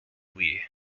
lee